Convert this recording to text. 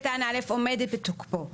עומד בתוקפו.